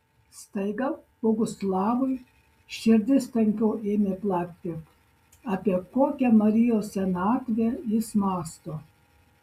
staiga boguslavui širdis tankiau ėmė plakti apie kokią marijos senatvę jis mąsto